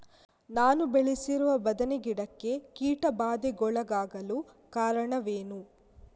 ನಾನು ಬೆಳೆಸಿರುವ ಬದನೆ ಗಿಡಕ್ಕೆ ಕೀಟಬಾಧೆಗೊಳಗಾಗಲು ಕಾರಣವೇನು?